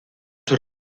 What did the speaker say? tras